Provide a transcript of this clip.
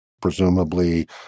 presumably